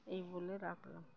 এই বলে রাখলাম